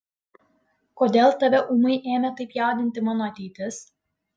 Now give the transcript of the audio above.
kodėl tave ūmai ėmė taip jaudinti mano ateitis